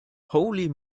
holy